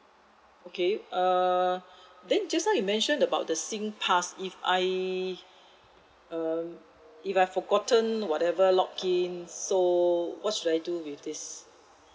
okay err then just now you mention about the SINGPASS if I um if I forgotten whatever login so what should I do with this